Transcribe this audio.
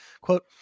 Quote